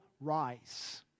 rise